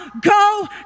go